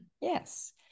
Yes